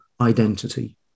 identity